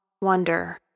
wonder